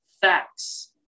facts